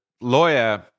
lawyer